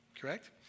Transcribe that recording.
correct